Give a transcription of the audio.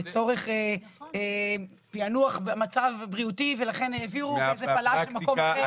לצורך פענוח מצב בריאותי ולכן העבירו וזה פלש למקום אחר.